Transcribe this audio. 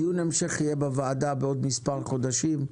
דיון המשך יהיה בוועדה בעוד מספר חודשים.